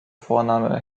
vorname